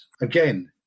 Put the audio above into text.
again